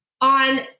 on